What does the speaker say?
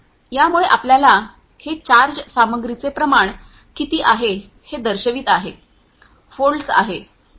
यामुळे आपल्याला हे चार्ज सामग्रीचे प्रमाण किती आहे हे दर्शवित आहे व्होल्ट्स आहे